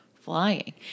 flying